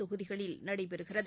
தொகுதிகளில் நடைபெறுகிறது